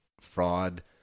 fraud